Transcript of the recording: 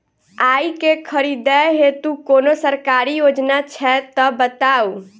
आइ केँ खरीदै हेतु कोनो सरकारी योजना छै तऽ बताउ?